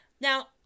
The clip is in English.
Now